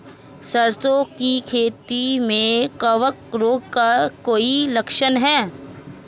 सरसों की खेती में कवक रोग का कोई लक्षण है?